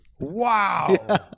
Wow